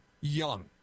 young